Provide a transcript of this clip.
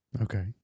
Okay